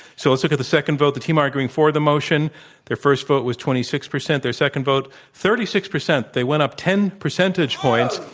so, let's look at the second vote. the team arguing for the motion their first vote was twenty six percent. their second vote, thirty six percent. they went up ten percentage points.